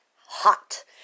hot